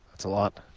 that's a lot.